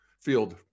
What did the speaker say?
field